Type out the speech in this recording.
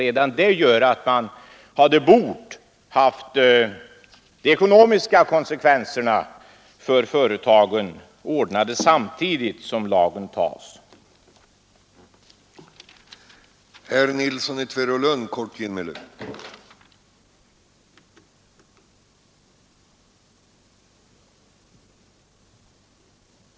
Redan det gör att man hade bort ha de ekonomiska konsekvenserna för företagen ordnade samtidigt som den i dag behandlade lagen antas.